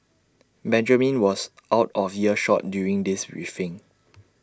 Benjamin was out of earshot during this briefing